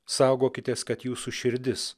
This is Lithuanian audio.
saugokitės kad jūsų širdis